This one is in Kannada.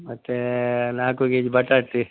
ಮತ್ತು ನಾಲ್ಕು ಕೆಜಿ ಬಟಾಟೆ